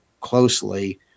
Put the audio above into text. closely